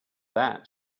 that